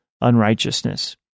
unrighteousness